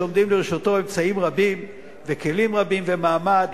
עומדים לרשותו אמצעים רבים וכלים רבים ומעמד,